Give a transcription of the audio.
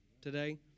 today